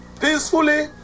peacefully